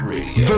Radio